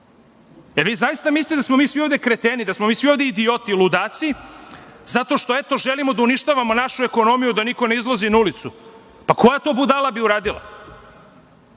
vi zaista mislite da smo mi svi ovde kreteni, da smo mi svi ovde idioti i ludaci zato što eto želimo da uništavamo našu ekonomiju, da niko ne izlazi na ulicu? Koja bi to budala uradila?